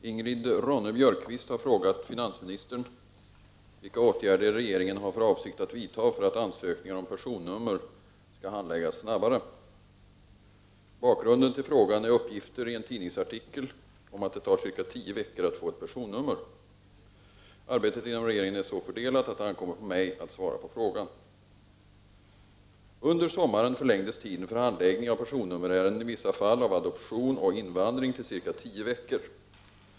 Herr talman! Ingrid Ronne-Björkqvist har frågat finansministern vilka åtgärder regeringen har för avsikt att vidta för att ansökningar om personnummer skall handläggas snabbare. Bakgrunden till frågan är uppgifter i en tidningsartikel om att det tar cirka tio veckor att få ett personnummer. Arbetet inom regeringen är så fördelat att det ankommer på mig att svara på frågan. Under sommaren förlängdes tiden för handläggning av personnummerärenden i vissa fall av adoption och invandring till cirka tio veckor.